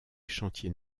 chantiers